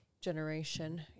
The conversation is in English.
generation